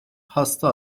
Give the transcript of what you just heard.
hasta